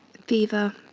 fever,